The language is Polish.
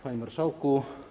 Panie Marszałku!